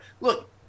look